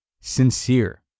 Sincere